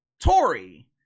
Tory